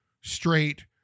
straight